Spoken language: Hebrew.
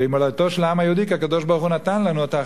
והיא מולדתו של העם היהודי כי הקדוש-ברוך-הוא נתן לנו אותה,